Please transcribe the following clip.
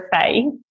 faith